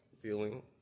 feeling